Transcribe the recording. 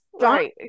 Right